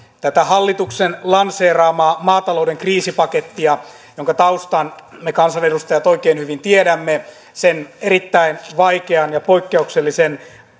tätä hallituksen lanseeraamaa maatalouden kriisipakettia jonka taustan me kansanedustajat oikein hyvin tiedämme sen erittäin vaikean ja poikkeuksellisen